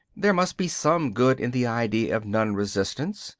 there must be some good in the idea of non-resistance,